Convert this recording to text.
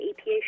APA